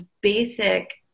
basic